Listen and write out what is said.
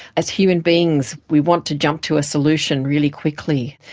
as human beings we want to jump to a solution really quickly,